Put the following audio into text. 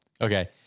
Okay